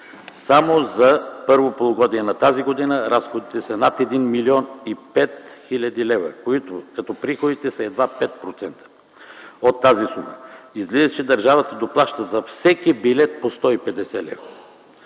Само за първото полугодие на т.г. разходите са над 1 млн. 5 хил. лв., като приходите са едва 5% от тази сума. Излиза, че държавата доплаща за всеки билет по 150 лв.!